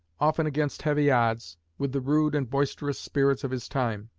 often against heavy odds, with the rude and boisterous spirits of his time.